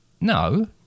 No